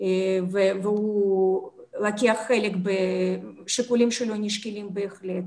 והוא לוקח חלק והשיקולים שלו נשקלים בהחלט,